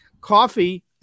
Coffee